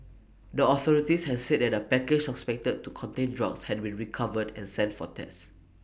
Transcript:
the authorities has said that A package suspected to contain drugs had been recovered and sent for tests